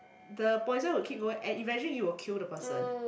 the poison will keep going and eventually he will kill the person